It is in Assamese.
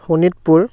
শোণিতপুৰ